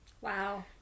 Wow